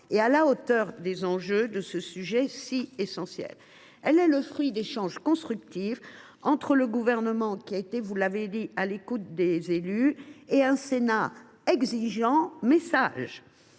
et à la hauteur des enjeux de ce sujet si essentiel. Elle est le fruit d’échanges constructifs entre un gouvernement à l’écoute des élus et un Sénat exigeant mais sage.